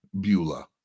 Beulah